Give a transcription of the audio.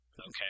Okay